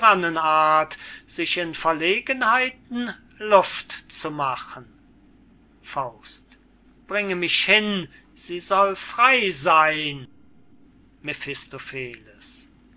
sich in verlegenheiten luft zu machen bringe mich hin sie soll frey seyn